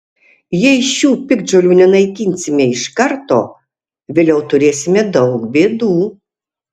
jei šių piktžolių nenaikinsime iš karto vėliau turėsime daug bėdų